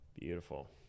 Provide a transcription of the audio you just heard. Beautiful